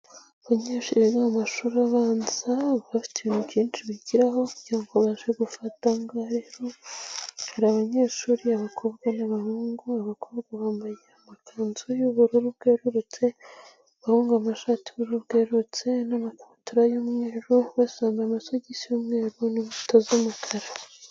Abanyeshuri biga mu mashuri abanza bafite ibintu byinshi bigiraho, kugira ngo babashe gufata. Aha ngaha rero hari abanyeshuri abakobwa n'abahungu, abakobwa bambaye amakanzu y'ubururu bwerurutse . Abahungu bambaye amashati y'ubururu bwerurutse n'amakabutura y'umweru ,bose bambaye amasogisi y'umweru n'inkweto z'umukara.